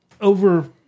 over